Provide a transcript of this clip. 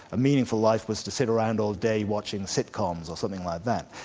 a meaningful life, was to sit around all day watching sitcoms, or something like that,